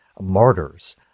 martyrs